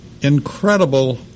incredible